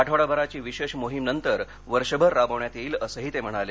आठवडाभराची विशेष मोहीम नंतर वर्षभर राबविण्यात येईल असंही ते म्हणाले